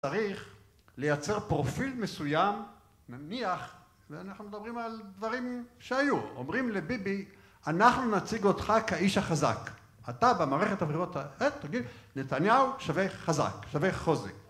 צריך לייצר פרופיל מסוים. נניח, ואנחנו מדברים על דברים שהיו, אומרים לביבי אנחנו נציג אותך כאיש החזק, אתה במערכת הבחירות ה... תגיד, נתניהו שווה חזק, שווה חוזק